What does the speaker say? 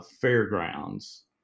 fairgrounds